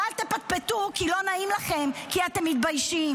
ואל תפטפטו כי לא נעים לכם, כי אתם מתביישים.